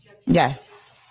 Yes